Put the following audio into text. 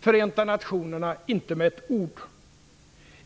Förenta nationerna inte med ett ord.